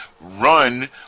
run